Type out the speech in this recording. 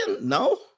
No